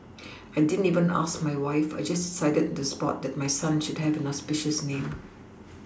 I didn't even ask my wife I just decided the spot that my son should have an auspicious name